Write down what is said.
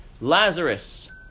Lazarus